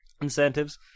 incentives